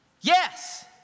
yes